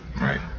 Right